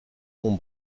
l’eau